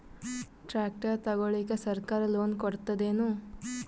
Tractor ತಗೊಳಿಕ ಸರ್ಕಾರ loan ಕೊಡತದೇನು?